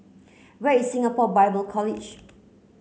where is Singapore Bible College